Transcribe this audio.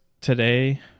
today